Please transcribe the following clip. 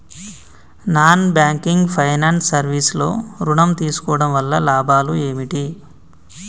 Non banking finance service లో ఋణం తీసుకోవడం వల్ల లాభాలు ఏమిటి?